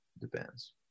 Depends